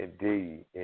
Indeed